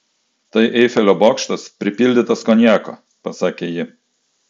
tai eifelio bokštas pripildytas konjako pasakė ji